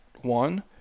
one